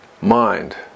mind